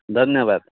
ଧନ୍ୟବାଦ